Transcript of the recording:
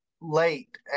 late